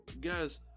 guys